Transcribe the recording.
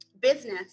business